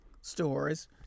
stores